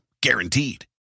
Guaranteed